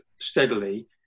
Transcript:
steadily